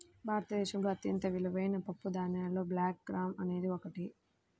భారతదేశంలో అత్యంత విలువైన పప్పుధాన్యాలలో బ్లాక్ గ్రామ్ అనేది ఒకటి